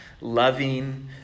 loving